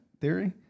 theory